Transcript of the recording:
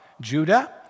Judah